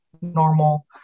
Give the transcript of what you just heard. normal